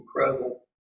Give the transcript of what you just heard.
incredible